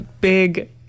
big